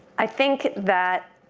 i think that